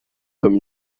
comme